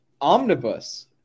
Omnibus